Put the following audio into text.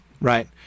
right